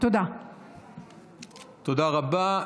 תודה רבה.